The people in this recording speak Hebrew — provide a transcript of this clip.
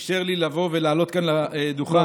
אישר לי לבוא ולהעלות כאן לדוכן.